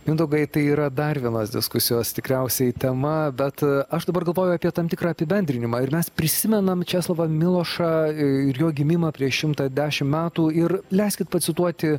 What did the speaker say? mindaugai tai yra dar vienos diskusijos tikriausiai tema bet aš dabar galvoju apie tam tikrą apibendrinimą ir mes prisimenam česlovą milošą ir jo gimimą prieš šimtą dešimt metų ir leiskit pacituoti